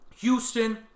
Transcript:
Houston